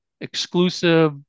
exclusive